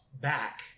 back